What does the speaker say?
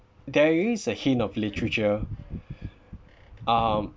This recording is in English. there is a hint of literature um